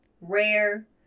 rare